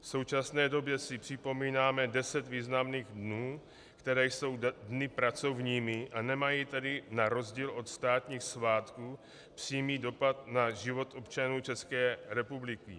V současné době si připomínáme deset významných dnů, které jsou dny pracovními, a nemají tedy na rozdíl od státních svátků přímý dopad na život občanů České republiky.